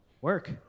work